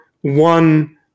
one